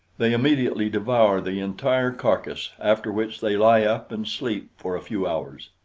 they immediately devour the entire carcass, after which they lie up and sleep for a few hours.